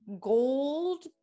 gold